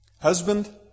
Husband